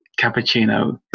cappuccino